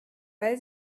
weil